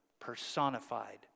personified